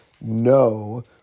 No